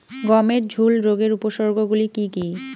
গমের ঝুল রোগের উপসর্গগুলি কী কী?